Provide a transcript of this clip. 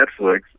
Netflix